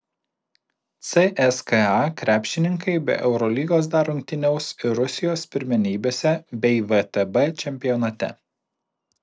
cska krepšininkai be eurolygos dar rungtyniaus ir rusijos pirmenybėse bei vtb čempionate